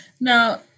now